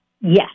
Yes